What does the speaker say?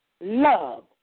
love